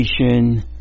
education